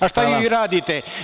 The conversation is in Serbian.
A šta vi radite?